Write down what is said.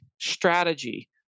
strategy